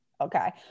Okay